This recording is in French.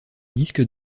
disque